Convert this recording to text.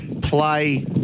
play